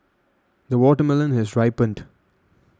the watermelon has ripened